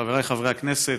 חבריי חברי הכנסת,